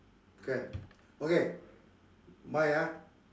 can okay mine ah